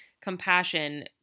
compassion